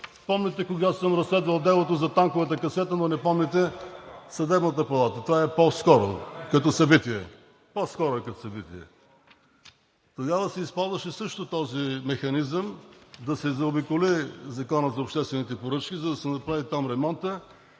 Помните кога съм разследвал делото за танковата касета, но не помните Съдебната палата, а това като събитие е по-скоро?! По-скоро е като събитие. Тогава също се използваше този механизъм – да се заобиколи Законът за обществените поръчки, за да се направи ремонт